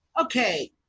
Okay